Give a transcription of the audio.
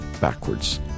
backwards